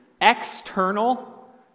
external